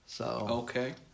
Okay